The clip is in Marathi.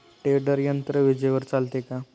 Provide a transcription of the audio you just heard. टेडर यंत्र विजेवर चालते का?